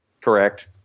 Correct